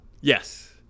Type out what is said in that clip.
Yes